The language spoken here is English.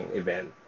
event